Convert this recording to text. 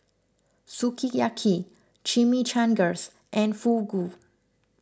Sukiyaki Chimichangas and Fugu